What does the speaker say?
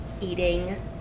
eating